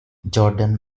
jordan